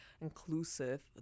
inclusive